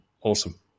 awesome